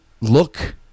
look